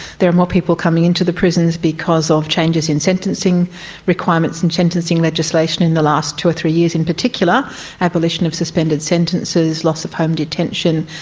there are more people coming into the prisons because of changes in sentencing requirements and sentencing legislation in the last two or three years, in particular abolition of suspended sentences, loss of home detention,